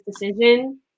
decision